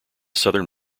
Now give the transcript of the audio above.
southern